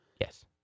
Yes